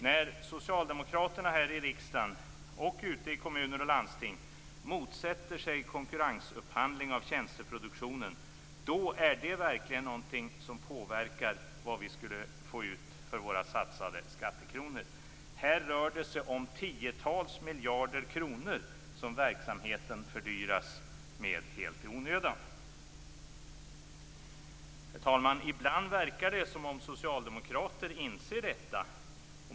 När socialdemokrater i riksdagen, och ute i kommuner och landsting, motsätter sig konkurrensupphandling av tjänsteproduktionen påverkas verkligen vad vi skulle få ut för våra satsade skattekronor. Verksamheten fördyras med tiotals miljarder kronor helt i onödan. Herr talman! Ibland verkar det som om socialdemokrater inser detta.